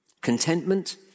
Contentment